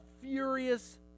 furious